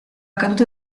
caduta